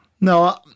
No